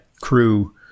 crew